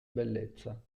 bellezza